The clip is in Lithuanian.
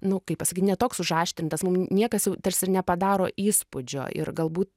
nu kaip pasakyt ne toks užaštrintas mum niekas jau tarsi ir nepadaro įspūdžio ir galbūt